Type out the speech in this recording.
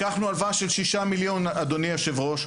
לקחנו הלוואה של 6 מיליון אדוני היו"ר.